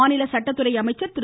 மாநில சட்டத்துறை அமைச்சர் திரு